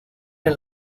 con